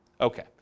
Okay